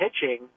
pitching